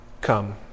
come